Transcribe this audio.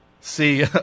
see